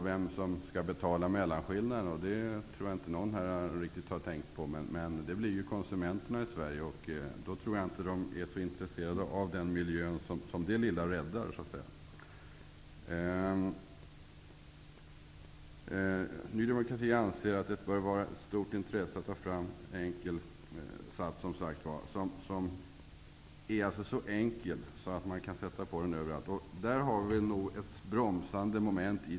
Vem skall betala mellanskillnaden? Det tror jag inte att någon här har tänkt på. Det blir ju konsumenterna i Sverige, och då tror jag inte att de så att säga är så intresserade av den miljö som den lilla åtgärden räddar. Ny demokrati anser som sagt att det bör vara av stort intresse att ta fram en enkel sats. Den skall vara så enkel att man kan sätta på den överallt. Naturvårdsverket är en bromsande instans.